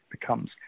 becomes